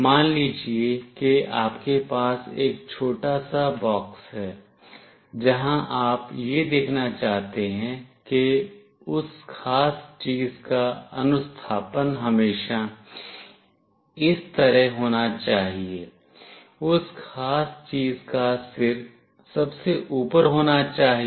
मान लीजिए कि आपके पास एक छोटा सा बॉक्स है जहाँ आप यह देखना चाहते हैं कि उस खास चीज़ का अनुस्थापन हमेशा इस तरह होना चाहिए उस खास चीज़ का सिर सबसे ऊपर होना चाहिए